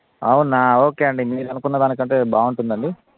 అవునా ఓకే అండి మీరనుకున్న దానికంటే బాగుంటుందండి